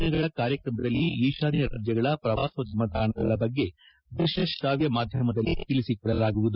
ದಿನಗಳ ಕಾರ್ಯಕ್ರಮದಲ್ಲಿ ಈಶಾನ್ಯ ರಾಜ್ಯಗಳ ಪ್ರವಾಸೋದ್ಯಮ ತಾಣಗಳ ಬಗ್ಗೆ ದೃಶ್ಯ ಶ್ರವ್ಯ ಮಾಧ್ಯಮದಲ್ಲಿ ತಿಳಿಸಿಕೊಡಲಾಗುವುದು